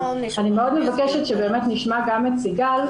אני מאוד מבקשת שבאמת נשמע גם את סיגל,